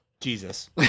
Jesus